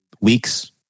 weeks